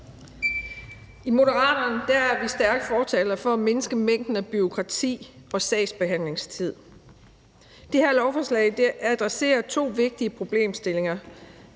I Moderaterne er vi stærke fortalere for at mindske mængden af bureaukrati og sagsbehandlingstid. Det her lovforslag adresserer to vigtige problemstillinger.